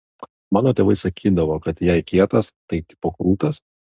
mano tėvai sakydavo kad jei kietas tai tipo krūtas